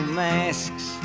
masks